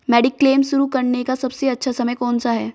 Mediclaim शुरू करने का सबसे अच्छा समय कौनसा है?